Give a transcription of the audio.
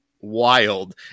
wild